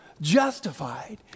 justified